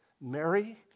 Mary